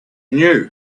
knew